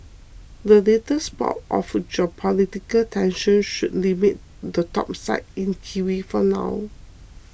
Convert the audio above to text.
the latest bout of geopolitical tensions should limit the topside in kiwi for now